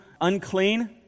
unclean